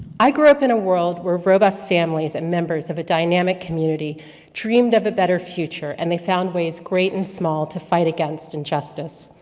i grew up in a world where robust families, and members of a dynamic community dreamed of a better future, and they found ways, great and small, to fight against injustice.